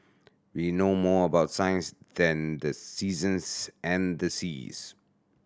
we know more about science than the seasons and the seas